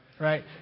right